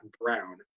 brown